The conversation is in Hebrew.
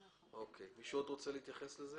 עוד מישהו רוצה להתייחס לזה?